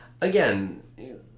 again